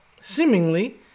seemingly